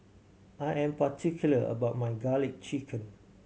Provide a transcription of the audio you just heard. I am particular about my Garlic Chicken